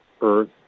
Earth